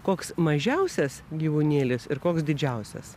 koks mažiausias gyvūnėlis ir koks didžiausias